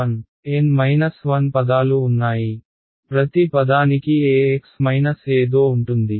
N 1N 1 పదాలు ఉన్నాయి ప్రతి పదానికి ax మైనస్ ఏదో ఉంటుంది